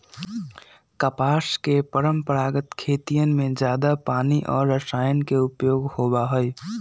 कपास के परंपरागत खेतियन में जादा पानी और रसायन के उपयोग होबा हई